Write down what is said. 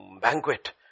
banquet